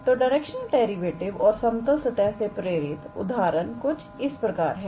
तो directional derivative और समतल सतह से प्रेरित उदाहरण कुछ इस प्रकार है